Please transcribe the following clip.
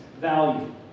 value